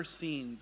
seen